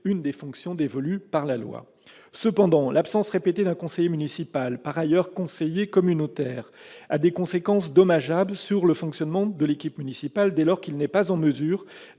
l'une des fonctions dévolues par la loi. Néanmoins, l'absence répétée d'un conseiller municipal, par ailleurs conseiller communautaire, a des conséquences dommageables sur le fonctionnement de l'équipe municipale : en pareil cas, cet élu n'est pas en mesure